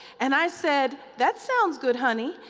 and i said, that sounds good honey,